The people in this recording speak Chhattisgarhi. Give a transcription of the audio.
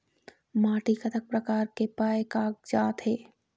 माटी कतक प्रकार के पाये कागजात हे?